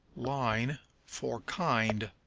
line for kind,